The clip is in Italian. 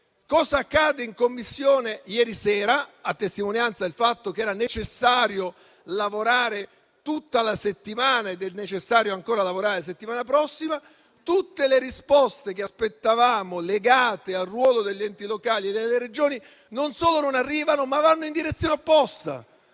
Ieri sera in Commissione, a testimonianza del fatto che era necessario farlo tutta la settimana e che sarà necessario lavorare ancora la settimana prossima, tutte le risposte che aspettavamo legate al ruolo degli enti locali e delle Regioni non solo non sono arrivate, ma vanno in direzione opposta.